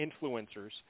influencers